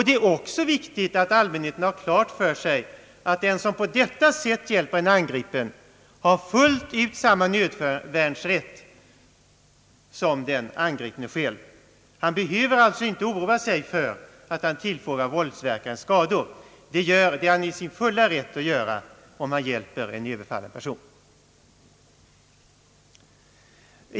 Det är också viktigt att allmänheten har klart för sig att den som på detta sätt hjälper en angripen har fullt ut samma nödvärnsrätt som den angripne själv. Hjälparen behöver alltså inte oroa sig för att han tillfogar våldsverkaren skador. Det är han i sin fulla rätt att göra för att hjälpa en överfallen person.